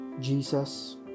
Jesus